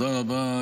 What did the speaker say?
תודה רבה.